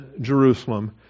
Jerusalem